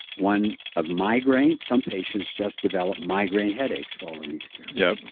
one of migraine, some patients just develops migraine headaches following yeah